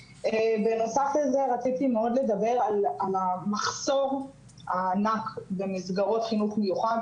בנוסף לזה רציתי מאוד לדבר על המחסור הענק במסגרות חינוך מיוחד.